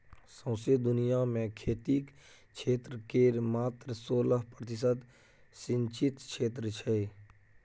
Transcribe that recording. सौंसे दुनियाँ मे खेतीक क्षेत्र केर मात्र सोलह प्रतिशत सिचिंत क्षेत्र छै